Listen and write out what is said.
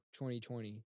2020